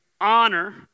Honor